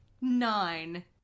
Nine